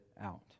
out